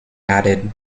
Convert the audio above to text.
added